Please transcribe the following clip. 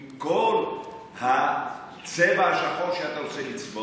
עם כל הצבע השחור שאתה רוצה לצבוע.